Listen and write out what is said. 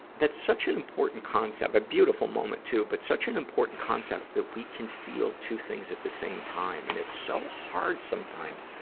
that's such an important concept a beautiful moment, too but such an important concept, that we can feel two things at the same time. and it's so hard, sometimes,